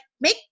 make